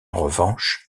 revanche